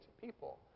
people